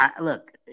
look